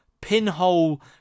pinhole